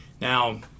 Now